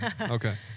Okay